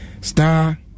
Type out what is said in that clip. Star